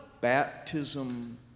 baptism